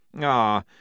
Ah